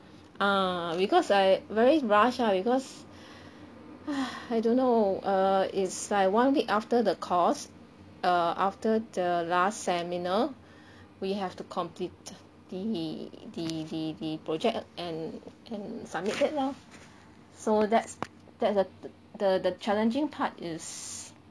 uh because I very rush ah because !hais! I don't know err it's like one week after the course err after the last seminar we have to complete the the the the project and and submit it lor so that's that's the the the challenging part is